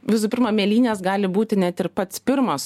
visų pirma mėlynės gali būti net ir pats pirmas